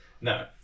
no